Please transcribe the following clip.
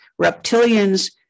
reptilians